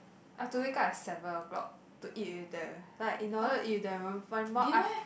I have to wake up at seven o-clock to eat with them like in order to eat with them my mum I